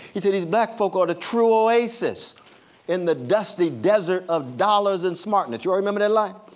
he said these black folk are the true oasis in the dusty desert of dollars and smartness. you all remember that line?